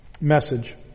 message